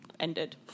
Ended